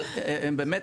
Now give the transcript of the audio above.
אבל הם באמת,